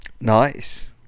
Nice